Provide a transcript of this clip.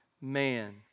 man